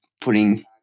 putting